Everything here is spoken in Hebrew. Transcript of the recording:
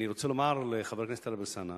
אני רוצה לומר לחבר הכנסת טלב אלסאנע